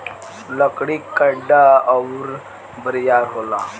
लकड़ी कड़ा अउर बरियार होला